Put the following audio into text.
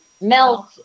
melt